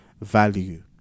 value